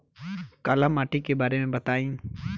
काला माटी के बारे में बताई?